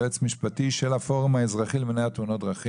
יועץ משפטי של הפורום האזרחי מנהל תאונות דרכים.